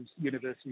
university